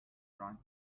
bright